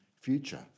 future